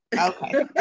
okay